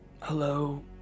hello